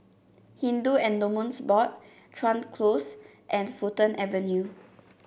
Hindu Endowments Board Chuan Close and Fulton Avenue